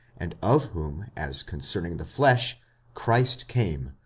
and of whom as concerning the flesh christ came,